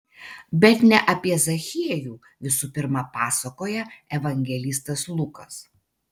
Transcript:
bet ne apie zachiejų visų pirma pasakoja evangelistas lukas